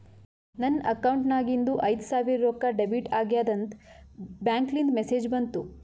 ನನ್ ಅಕೌಂಟ್ ನಾಗಿಂದು ಐಯ್ದ ಸಾವಿರ್ ರೊಕ್ಕಾ ಡೆಬಿಟ್ ಆಗ್ಯಾದ್ ಅಂತ್ ಬ್ಯಾಂಕ್ಲಿಂದ್ ಮೆಸೇಜ್ ಬಂತು